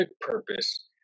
purpose